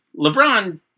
LeBron